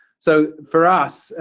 so for us,